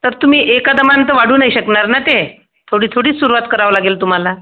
तर तुम्ही एका दमानं तर वाढू नाही शकणार ना ते थोडी थोडी सुरुवात करावी लागेल तुम्हाला